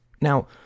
Now